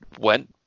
went